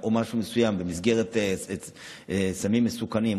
או משהו מסוים במסגרת סמים מסוכנים,